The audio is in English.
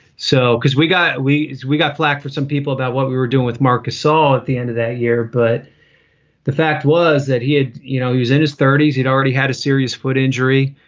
so because we got we we got flak for some people about what we were doing with mark esaw at the end of that year. but the fact was that he had you know, he was in his thirties. he'd already had a serious foot injury.